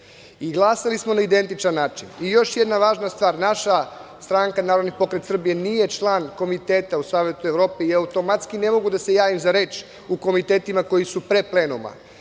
Glasali smo na identičan način. Još jedna važna stvar. Naša stranka Narodni pokret Srbije nije član Komiteta u Savetu Evrope i automatski ne mogu da se javim za reč u komitetima koji su pre plenuma.